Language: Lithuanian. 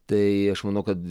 tai aš manau kad